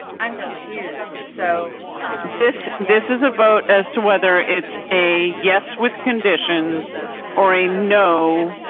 i'm confused. so this this is a vote as to whether it's a yes. with conditions or a no.